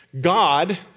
God